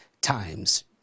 times